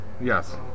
Yes